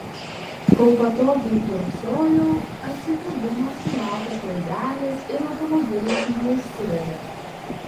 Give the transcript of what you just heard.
kol patogiai kiurksojau atsikabino sumautas laidelis ir automobilis neužsivedė